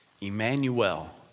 Emmanuel